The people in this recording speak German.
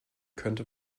könnte